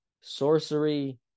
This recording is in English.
sorcery